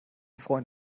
freund